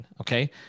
Okay